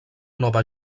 nova